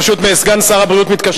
פשוט סגן שר הבריאות מתקשה לענות.